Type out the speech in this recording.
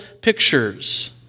pictures